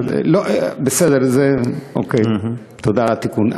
בסדר, אוקיי, תודה על התיקון.